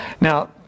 Now